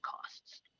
costs